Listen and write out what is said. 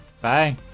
Bye